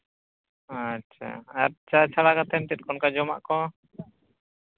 ᱟᱪᱪᱷᱟ ᱟᱪᱪᱷᱟ ᱪᱟᱞᱟᱣ ᱠᱟᱛᱮᱫ ᱪᱮᱫ ᱠᱚ ᱚᱱᱠᱟ ᱡᱚᱢᱟᱜ ᱠᱚ